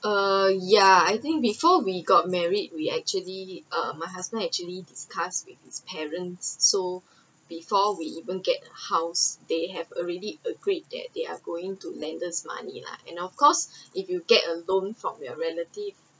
err ya I think before we got married we actually uh my husband actually discussed with his parents so before we even get a house they have already agreed that they’re going to lend us money lah and of course if you get a loan from your relatives